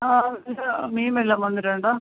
ആ ഇത് മീൻ വല്ലതും വന്നിട്ടുണ്ടോ